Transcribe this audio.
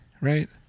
right